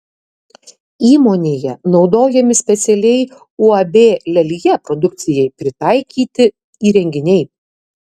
įmonėje naudojami specialiai uab lelija produkcijai pritaikyti įrenginiai